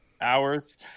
hours